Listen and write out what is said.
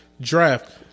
draft